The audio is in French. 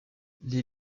les